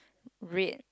red